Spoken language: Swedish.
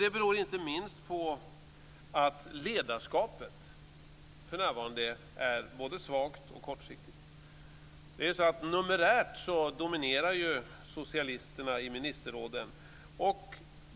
Det beror inte minst på att ledarskapet för närvarande är både svagt och kortsiktigt. Numerärt dominerar socialisterna i ministerråden.